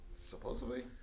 Supposedly